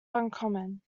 uncommon